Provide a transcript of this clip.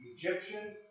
Egyptian